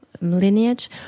lineage